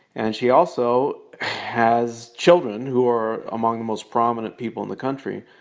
and she also has children who are among the most prominent people in the country,